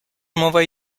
мова